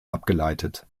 abgeleitet